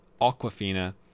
Aquafina